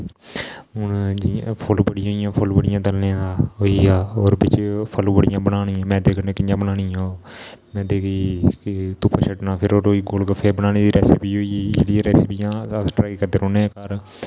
हून जियां फुलबडियांं होई गेइया फुलबडियां तलने दा होई गया और बिच फुलबडियां बनानी मैदे कन्नै कियां बनानिया मैदे गी धुप्पा छडना फिर गोल गफ्फे बनाने द रेस्पी होई गेई इयै जेही रेस्पियां अस ट्राई करदे रौहने घार